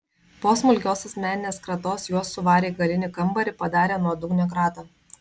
po smulkios asmeninės kratos juos suvarė į galinį kambarį padarė nuodugnią kratą